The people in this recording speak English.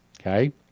okay